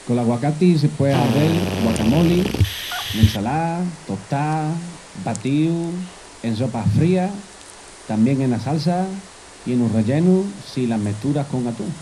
Col aguacati se pué hazel guacamoli, n'ensalás, tostás, batíus, en sopas frías, tamién enas salsas, i enos rellenus si la mesturas con atún.